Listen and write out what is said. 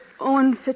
Owen